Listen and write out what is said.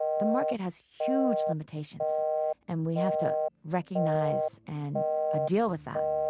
the market has huge limitations and we have to recognize and ah deal with that,